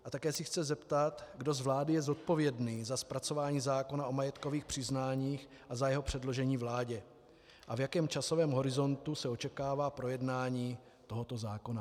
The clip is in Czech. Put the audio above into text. A také se chci zeptat, kdo z vlády je zodpovědný za zpracování zákona o majetkovém přiznání a za jeho předložení vládě a v jakém časovém horizontu se očekává projednání tohoto zákona.